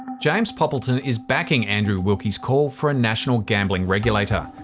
james poppleton is backing andrew wilkie's call for a national gambling regulator.